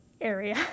area